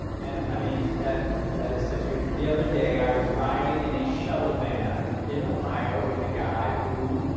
and, i mean, that that is such a good, the other day i was riding in a shuttle van in ohio with a guy who